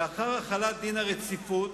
לאחר החלת דין הרציפות,